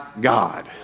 God